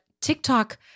TikTok